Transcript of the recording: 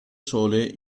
sole